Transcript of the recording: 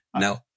No